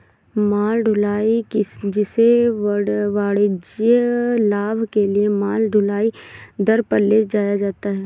माल ढुलाई, जिसे वाणिज्यिक लाभ के लिए माल ढुलाई दर पर ले जाया जाता है